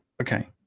Okay